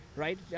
right